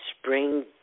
spring